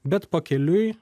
bet pakeliui